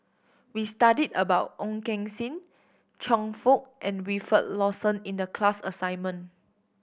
we studied about Ong Keng Sen Chia Fook and Wilfed Lawson in the class assignment